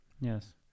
yes